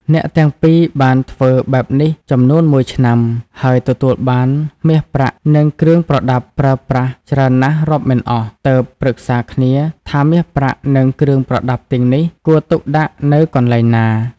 អ្នកទាំងពីរបានធ្វើបែបនេះចំនួនមួយឆ្នាំ ហើយទទួលបានមាសប្រាក់និងគ្រឿងប្រដាប់ប្រើប្រាស់ច្រើនណាស់រាប់មិនអស់ ទើបប្រឹក្សាគ្នាថាមាសប្រាក់និងគ្រឿងប្រដាប់ទាំងនេះ គួរទុកដាក់នៅកន្លែងណា។